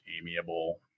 amiable